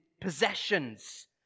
possessions